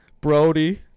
Brody